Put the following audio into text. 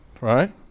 right